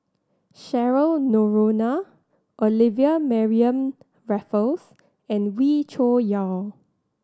Cheryl Noronha Olivia Mariamne Raffles and Wee Cho Yaw